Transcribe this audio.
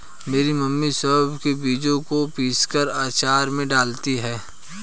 मेरी मम्मी सौंफ के बीजों को पीसकर अचार में डालती हैं